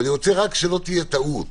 אני רוצה רק שלא תהיה טעות,